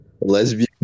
Lesbian